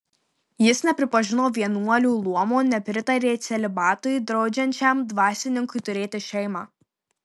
jis nepripažino vienuolių luomo nepritarė celibatui draudžiančiam dvasininkui turėti šeimą